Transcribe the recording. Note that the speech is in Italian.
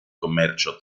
commercio